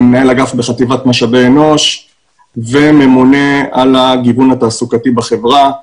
אני מנהל אגף בחטיבת משאבי אנוש וממונה על הגיוון התעסוקתי בחברה.